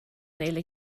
neile